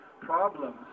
problems